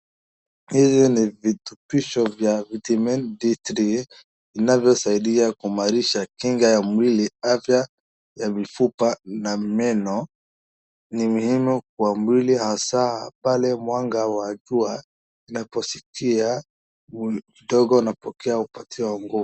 Hivi ni virutubisho vya vitamin D3 vinavyosaidia kuimarisha kinga ya mwili, afya ya mifupa na meno, ni muhimu kwa mwili hasaa pale mwanga wa jua unapofikia udogo na pokea upatio wa nguo.